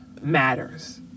matters